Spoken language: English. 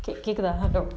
கேக்குதா:kekkutha